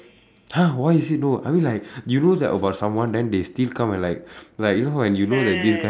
!huh! why is it no I mean like you know that about someone then they still come and like like you know when you know that this guy